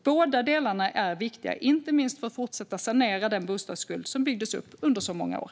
Båda delarna är viktiga, inte minst för att fortsätta sanera den bostadsskuld som byggdes upp under så många år.